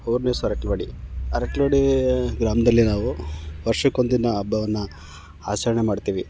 ಊರ್ನ ಹೆಸ್ರು ಅರ್ಕಲ್ವಾಡಿ ಅರ್ಕಲ್ವಡೀ ಗ್ರಾಮದಲ್ಲಿ ನಾವು ವರ್ಷಕ್ಕೊಂದಿನ ಹಬ್ಬವನ್ನು ಆಚರಣೆ ಮಾಡ್ತೀವಿ